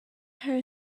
her